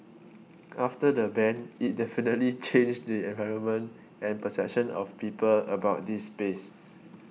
after the ban it definitely changed the environment and perception of people about this space